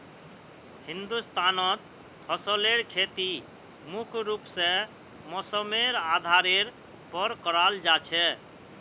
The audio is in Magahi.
हिंदुस्तानत फसलेर खेती मुख्य रूप से मौसमेर आधारेर पर कराल जा छे